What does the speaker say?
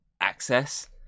access